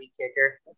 kicker